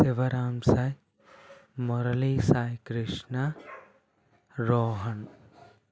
Shivram Sai Murali Sai Krishna Rohan